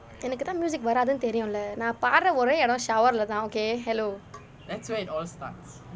எனக்கு தான்:enakku thaan music வராதுன்னு தெரியும் இல்ல நான் பாடுற ஒரே இடம்:varaathunu theriyum ille naan paadura ore idam shower இல்ல தான்:ille thaan okay hello